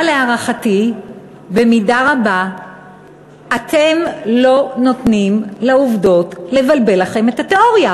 אבל להערכתי אתם במידה רבה לא נותנים לעובדות לבלבל לכם את התיאוריה.